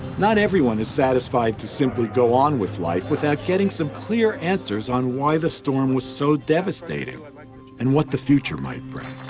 not everyone is satisfied to simply go on with life without getting some clear answers on why the storm was so devastating like and what the future might bring.